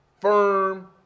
firm